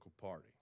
party